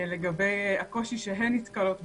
לגבי הקושי שהן נתקלות בו.